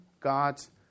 God's